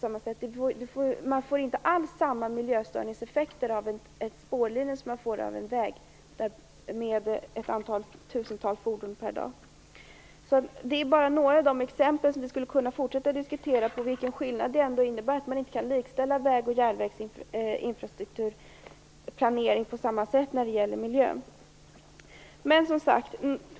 Man får inte alls samma miljöstörningseffekter av en spårlinje som man får av en väg med ett antal tusen fordon per dag. Det här är bara några av de exempel på vilken skillnad det ändå är mellan väg och järnväg, och vi skulle kunna fortsätta diskutera detta. Man kan inte likställa väg och järnväg i planeringen av infrastrukturen när det gäller miljön.